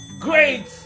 great